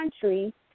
country